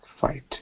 fight